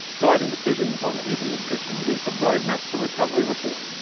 guiding decisions on easing restrictions is the roadmap to recovery report,